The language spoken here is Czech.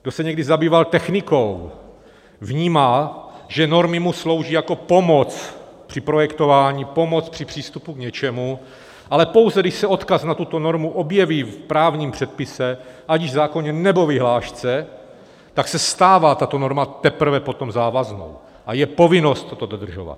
Kdo se někdy zabýval technikou, vnímá, že normy mu slouží jako pomoc pro projektování, pomoc při přístupu k něčemu, ale pouze když se odkaz na tuto normu objeví v právním předpise, ať již zákoně, nebo vyhlášce, tak se stává tato norma teprve potom závaznou a je povinnost toto dodržovat.